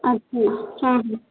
अच्छा